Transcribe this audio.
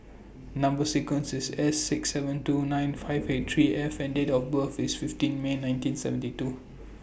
Number sequence IS S six seven two nine five eight three F and Date of birth IS fifteen May nineteen seventy two